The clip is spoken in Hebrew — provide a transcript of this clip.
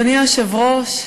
אדוני היושב-ראש,